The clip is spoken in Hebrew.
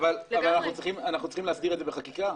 אנחנו צריכים להסדיר את זה בחקיקה.